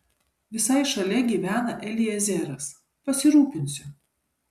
visai šalia gyvena eliezeras pasirūpinsiu